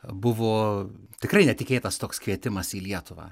buvo tikrai netikėtas toks kvietimas į lietuvą